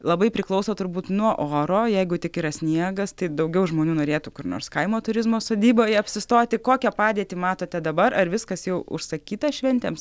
labai priklauso turbūt nuo oro jeigu tik yra sniegas tai daugiau žmonių norėtų kur nors kaimo turizmo sodyboje apsistoti kokią padėtį matote dabar ar viskas jau užsakyta šventėms